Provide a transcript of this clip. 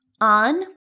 on